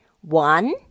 One